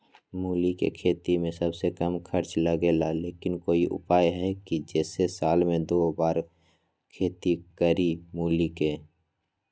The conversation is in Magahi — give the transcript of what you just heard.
मूली के खेती में सबसे कम खर्च लगेला लेकिन कोई उपाय है कि जेसे साल में दो बार खेती करी मूली के?